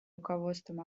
руководством